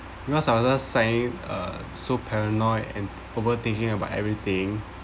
because I also sign uh so paranoid and over thinking about everything